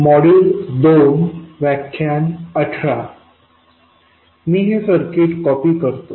मी हे circuit copy करतो